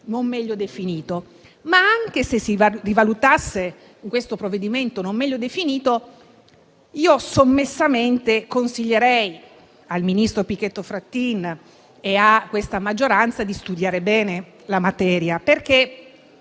non meglio definito. Ma anche se si rivalutasse in questo provvedimento non meglio definito, io sommessamente consiglierei al ministro Pichetto Fratin e a questa maggioranza di studiare bene la materia. Capisco